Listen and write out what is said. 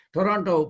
Toronto